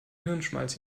hirnschmalz